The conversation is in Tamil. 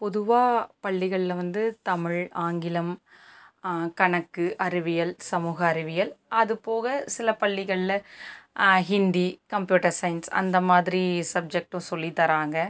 பொதுவாக பள்ளிகளில் வந்து தமிழ் ஆங்கிலம் கணக்கு அறிவியல் சமூக அறிவியல் அது போக சில பள்ளிகளில் ஹிந்தி கம்ப்யூட்டர் சயின்ஸ் அந்த மாதிரி சப்ஜெக்ட்டும் சொல்லி தராங்க